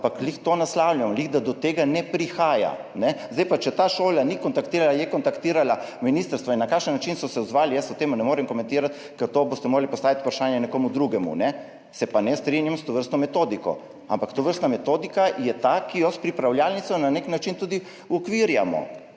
Ampak ravno to naslavljamo, ravno zato da do tega ne prihaja. Če ta šola ni kontaktirala, je kontaktirala ministrstvo in na kakšen način so se odzvali, jaz v tem ne morem komentirati, ker to boste morali postaviti vprašanje nekomu drugemu. Se pa ne strinjam s tovrstno metodiko. Ampak tovrstna metodika je ta, ki jo s pripravljalnico na nek način tudi uokvirjamo.